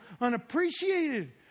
unappreciated